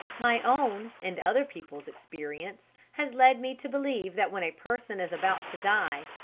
my own and other people's experience has led me to believe that when a person is about to die,